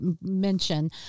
mention